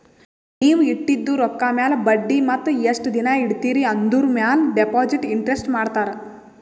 ನೀವ್ ಇಟ್ಟಿದು ರೊಕ್ಕಾ ಮ್ಯಾಲ ಬಡ್ಡಿ ಮತ್ತ ಎಸ್ಟ್ ದಿನಾ ಇಡ್ತಿರಿ ಆಂದುರ್ ಮ್ಯಾಲ ಡೆಪೋಸಿಟ್ ಇಂಟ್ರೆಸ್ಟ್ ಮಾಡ್ತಾರ